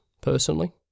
personally